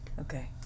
Okay